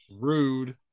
Rude